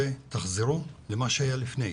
שתחזרו למה שהיה לפני.